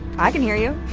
i can hear you